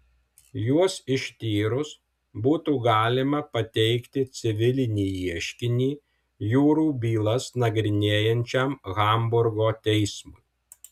juos ištyrus būtų galima pateikti civilinį ieškinį jūrų bylas nagrinėjančiam hamburgo teismui